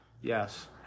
Yes